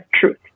truth